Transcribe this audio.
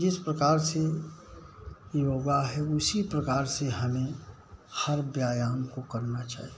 जिस प्रकार से योगा है उसी प्रकार से हमें हर व्यायाम को करना चाहिए